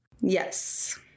Yes